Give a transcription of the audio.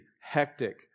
hectic